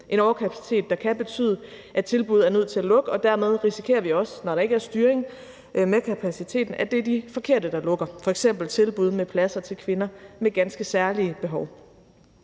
en overkapacitet, der kan betyde, at tilbuddet er nødt til at lukke, og dermed risikerer vi også, når der ikke er styring med kapaciteten, at det er de forkerte, der lukker, f.eks. tilbud med pladser til kvinder med ganske særlige behov.